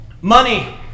Money